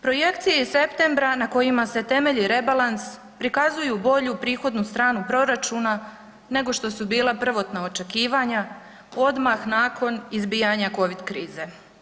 Projekcije iz septembra na kojima se temelji rebalans prikazuju bolju prihodnu stranu proračuna nego što su bila prvotna očekivanja odmah nakon izbijanja COVID krize.